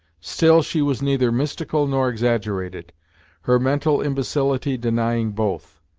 still she was neither mystical nor exaggerated her mental imbecility denying both.